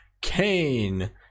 kane